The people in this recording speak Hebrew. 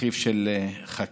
אחיו של חכ"ל,